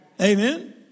Amen